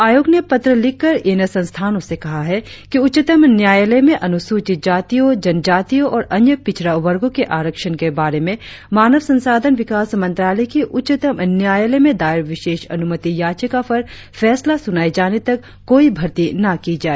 आयोग ने पत्र लिखकर इन संस्थानों से कहा है कि उच्चतम न्यायालय में अनुसूचित जातियों जनजातियों और अन्य पिछड़ा वर्गों के आरक्षण के बारे में मानव संसाधन विकास मंत्रालय की उच्चतम न्यायालय में दायर विशेष अनुमति याचिका पर फैसला सुनाए जाने तक कोई भर्ती न की जाए